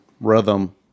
rhythm